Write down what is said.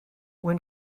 when